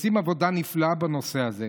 שעושה עבודה נפלאה בנושא הזה,